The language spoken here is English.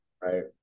Right